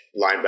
linebacker